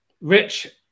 Rich